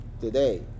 today